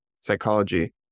psychology